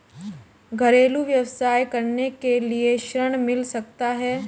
घरेलू व्यवसाय करने के लिए ऋण मिल सकता है?